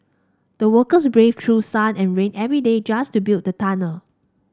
the workers braved through sun and rain every day just to build the tunnel